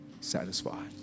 satisfied